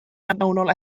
mewnol